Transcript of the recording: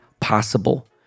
possible